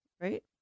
right